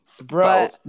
Bro